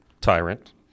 tyrant